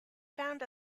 found